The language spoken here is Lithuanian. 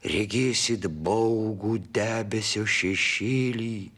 regėsit baugų debesio šešėlį